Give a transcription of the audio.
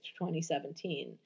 2017